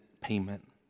payment